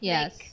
Yes